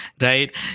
right